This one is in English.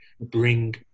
bring